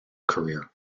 career